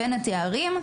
בין תארים.